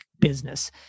business